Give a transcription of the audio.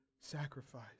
sacrifice